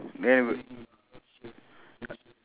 different also right okay I circle mine also